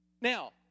Now